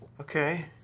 Okay